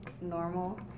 normal